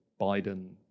Biden